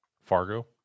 Fargo